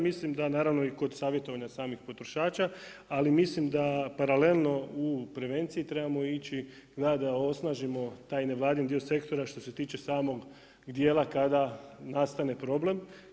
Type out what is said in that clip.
Mislim da naravno i kod savjetovanja samih potrošača, Ali mislim da paralelno u prevenciji trebamo ići da osnažimo taj nevladin dio sektora što se tiče samog dijela kada nastane problem.